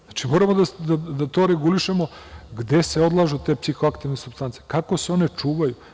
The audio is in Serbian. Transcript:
Znači, moramo da regulišemo gde se odlažu te psihoaktivne supstance, kako se one čuvaju.